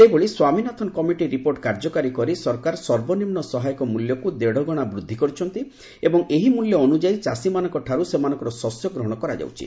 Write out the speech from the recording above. ସେହିଭଳି Swaminathan committee report କାର୍ଯ୍ୟକାରୀ କରି ସରକାର ସର୍ବନିମ୍ନ ସହାୟକ ମୂଲ୍ୟକୁ ଦେଢ଼ଗୁଣା ବୃଦ୍ଧି କରିଛନ୍ତି ଏବଂ ଏହି ମୂଲ୍ୟ ଅନୁଯାୟୀ ଚାଷୀମାନଙ୍କଠାରୁ ସେମାନଙ୍କର ଶସ୍ୟ ଗ୍ରହଣ କରାଯାଉଛି